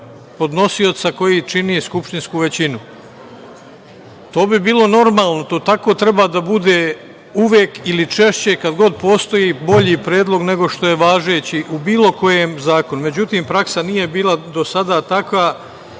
podnosioca koji čini skupštinsku većinu. To bi bilo normalno, to tako treba da bude uvek ili češće, kad god postoji bolji predlog nego što je važeći u bilo kojem zakonu.Međutim, praksa nije bila do sada takva